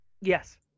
Yes